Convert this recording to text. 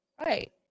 Right